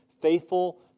faithful